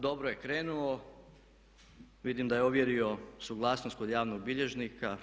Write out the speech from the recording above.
Dobro je krenuo, vidim da je ovjerio suglasnost kod javnog bilježnika.